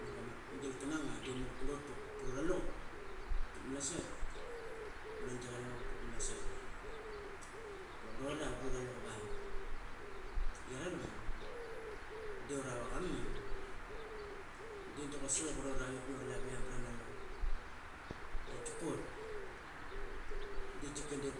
Mur I yia ania gilka na ngua mur qurot puk pruralaqup patma Malasaet gunan giaralngua vuk patma Malasaet. Daqurara vruraluqap aa I yaralngua de uravak Amani ded daqusik I qurara utno takviyam prama luqup qatikot deqatika dep